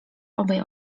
obaj